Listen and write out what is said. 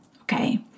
okay